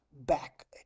back